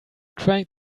trying